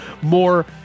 more